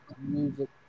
music